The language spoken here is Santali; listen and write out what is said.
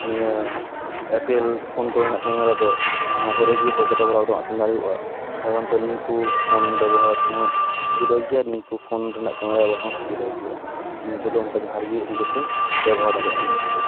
ᱱᱤᱭᱟᱹ ᱮᱯᱮᱞ ᱯᱷᱳᱱ ᱠᱚᱨᱮᱱᱟᱜ ᱠᱮᱢᱮᱨᱟᱫᱚ ᱡᱟᱦᱟᱸ ᱠᱚᱨᱮᱜᱮ ᱯᱚᱠᱮᱴᱨᱮ ᱵᱷᱚᱨᱟᱣ ᱠᱟᱛᱮᱫᱮᱢ ᱟᱥᱮᱱ ᱫᱟᱲᱮᱭᱟᱜᱼᱟ ᱥᱟᱫᱷᱟᱨᱚᱱᱛᱚ ᱱᱤᱭᱟᱹᱠᱚ ᱯᱷᱳᱱ ᱵᱮᱵᱚᱦᱟᱨᱦᱚᱸ ᱥᱩᱵᱤᱫᱷᱟ ᱜᱮᱭᱟ ᱱᱤᱭᱟᱹᱠᱚ ᱯᱷᱳᱱ ᱨᱮᱱᱟᱜ ᱠᱮᱢᱮᱨᱟ ᱵᱮᱵᱚᱦᱟᱨᱦᱚᱸ ᱥᱩᱵᱤᱫᱷᱟ ᱜᱮᱭᱟ ᱱᱤᱭᱟᱹ ᱠᱚᱫᱚ ᱚᱱᱠᱟ ᱡᱟᱦᱟᱸᱨᱮᱜᱮ ᱤᱫᱤᱠᱟᱛᱮᱫ ᱵᱮᱵᱚᱦᱟᱨ ᱫᱟᱲᱮᱭᱟᱜᱼᱟᱢ ᱢᱚᱡᱽᱛᱮ